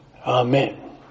Amen